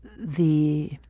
the